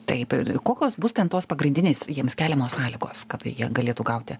taip ir kokios bus ten tos pagrindinės jiems keliamos sąlygos kad jie galėtų gauti